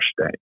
state